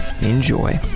Enjoy